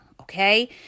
okay